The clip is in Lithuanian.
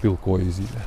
pilkoji zylė